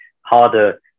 harder